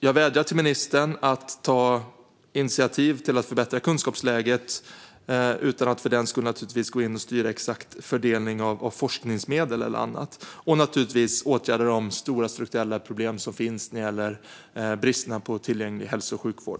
Jag vädjar till ministern att ta initiativ till att förbättra kunskapsläget, utan att för den skull gå in och styra den exakta fördelningen av forskningsmedel eller annat, och naturligtvis åtgärda de stora strukturella problem som finns när det gäller tillgänglig hälso och sjukvård.